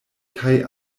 kaj